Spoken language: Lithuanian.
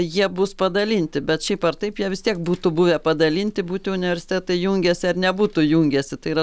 jie bus padalinti bet šiaip ar taip jie vis tiek būtų buvę padalinti būti universitetai jungęsi ar nebūtų jungęsi tai yra